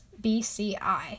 BCI